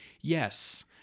yes